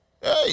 hey